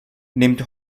nimmt